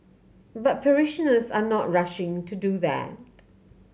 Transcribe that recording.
but parishioners are not rushing to do that